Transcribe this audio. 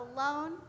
alone